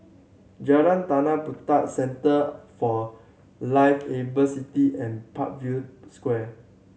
Jalan Tanah Puteh Centre for Liveable City and Parkview Square